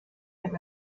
with